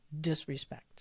disrespect